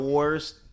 worst